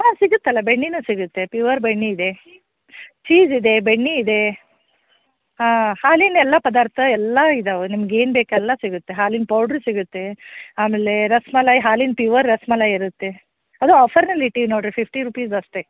ಹಾಂ ಸಿಗುತ್ತಲ್ಲ ಬೆಣ್ಣೆನೂ ಸಿಗುತ್ತೆ ಪಿವರ್ ಬೆಣ್ಣೆ ಇದೆ ಚೀಸ್ ಇದೆ ಬೆಣ್ಣೆ ಇದೆ ಹಾಲಿನ ಎಲ್ಲ ಪದಾರ್ಥ ಎಲ್ಲ ಇದಾವೆ ನಿಮ್ಗೆ ಏನು ಬೇಕು ಎಲ್ಲ ಸಿಗುತ್ತೆ ಹಾಲಿನ ಪೌಡ್ರು ಸಿಗುತ್ತೆ ಆಮೇಲೆ ರಸ್ಮಲಾಯ್ ಹಾಲಿನ ಪಿವರ್ ರಸ್ಮಲಾಯ್ ಇರುತ್ತೆ ಅದು ಆಫರ್ನಲ್ಲಿ ಇಟ್ಟೀವಿ ನೋಡಿರಿ ಫಿಫ್ಟಿ ರುಪೀಸ್ ಅಷ್ಟೆ